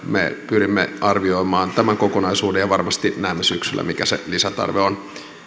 pyrimme arvioimaan tämän kokonaisuuden ja varmasti näemme syksyllä mikä se lisätarve on